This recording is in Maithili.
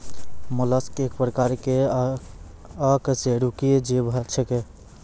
मोलस्क एक प्रकार के अकेशेरुकीय जीव छेकै